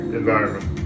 environment